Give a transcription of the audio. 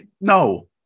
No